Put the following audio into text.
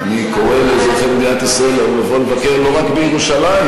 אני קורא לאזרחי מדינת ישראל לבוא לבקר לא רק בירושלים,